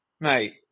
mate